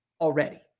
already